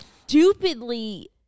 stupidly